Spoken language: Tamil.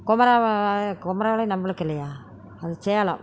குமரா குமராவில் நம்மளுக்கு இல்லையா அது சேலம்